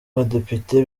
badepite